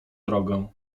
drogę